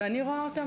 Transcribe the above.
ואני רואה אותם,